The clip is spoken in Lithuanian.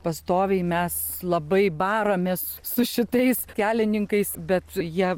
pastoviai mes labai baramės su šitais kelininkais bet jie